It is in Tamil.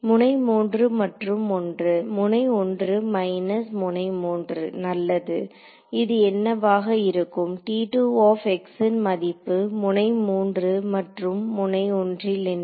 முனை 3 மற்றும் 1 முனை 1 மைனஸ் முனை 3 நல்லது இது என்னவாக இருக்கும் ன் மதிப்பு முனை 3 மற்றும் முனை 1 ல் என்ன